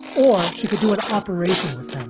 or she could do an operation with.